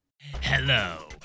Hello